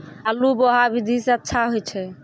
आलु बोहा विधि सै अच्छा होय छै?